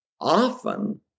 often